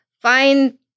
Find